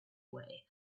way